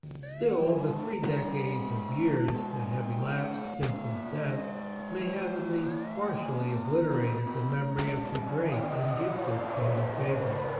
still the three decades of years that have elapsed since his death may have at least partially obliter ated the memory of the great and gifted father faber.